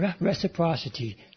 reciprocity